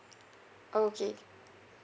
okay